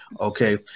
okay